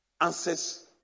answers